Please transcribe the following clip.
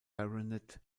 baronet